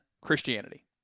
Christianity